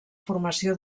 formació